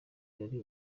yari